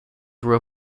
grew